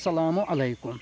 السلامُ علیکُم